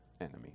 enemy